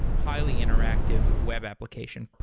highly interactive web application.